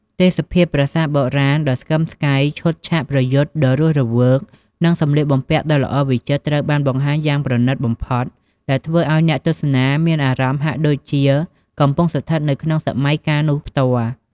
ទេសភាពប្រាសាទបុរាណដ៏ស្កឹមស្កៃ ឈុតឆាកប្រយុទ្ធដ៏រស់រវើក និងសំលៀកបំពាក់ដ៏ល្អវិចិត្រ ត្រូវបានបង្ហាញយ៉ាងប្រណិតបំផុត ដែលធ្វើឲ្យអ្នកទស្សនាមានអារម្មណ៍ហាក់ដូចជាកំពុងស្ថិតនៅក្នុងសម័យកាលនោះផ្ទាល់។